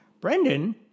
Brendan